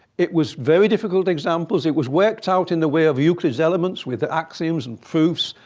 it was very difficult examples. it was worked out in the way of euclid's elements, with the axioms and proofs.